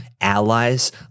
allies